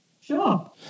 Sure